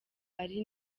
ari